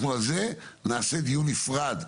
אנחנו על זה נעשה דיון נפרד.